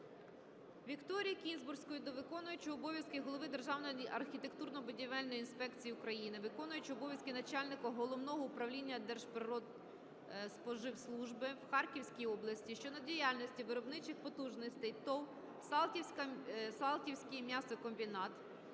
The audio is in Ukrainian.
Вікторії Кінзбурської до виконуючого обов'язки голови Державної архітектурно-будівельної інспекції України, виконуючого обов'язки начальника Головного управління Держпродспоживслужби в Харківській області щодо діяльності виробничих потужностей ТОВ "Салтівський м'ясокомбінат"